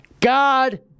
God